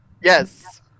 Yes